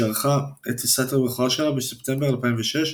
שערכה את טיסת הבכורה שלה בספטמבר 2006,